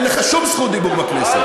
אין לך שום זכות דיבור בכנסת.